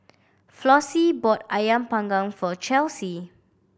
Flossie bought Ayam Panggang for Chelsey